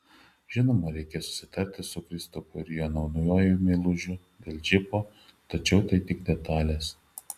žinoma reikės susitarti su kristupu ir jo naujuoju meilužiu dėl džipo tačiau tai tik detalės